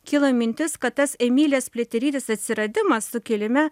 kyla mintis kad tas emilijos pliaterytės atsiradimas sukilime